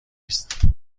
است